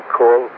call